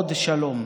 לעוד שלום.